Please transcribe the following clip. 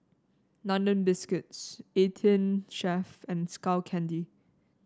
London Biscuits Eighteen Chef and Skull Candy